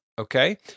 Okay